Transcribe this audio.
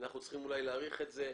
אנחנו צריכים אולי להאריך את זה,